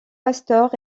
pasteur